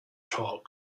talk